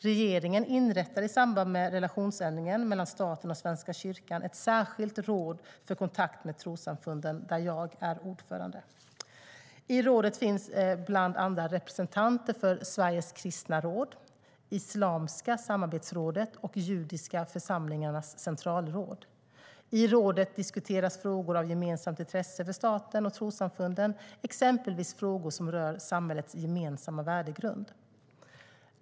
Regeringen inrättade i samband med relationsändringen mellan staten och Svenska kyrkan ett särskilt råd för kontakt med trossamfunden, där jag är ordförande. I rådet finns bland annat representanter för Sveriges kristna råd, Islamiska samarbetsrådet och Judiska församlingarnas centralråd. I rådet diskuteras frågor av gemensamt intresse för staten och trossamfunden, exempelvis frågor som rör samhällets gemensamma värdegrund.